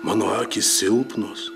mano akys silpnos